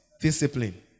Discipline